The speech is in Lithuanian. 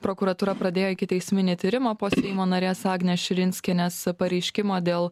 prokuratūra pradėjo ikiteisminį tyrimą po seimo narės agnės širinskienės pareiškimo dėl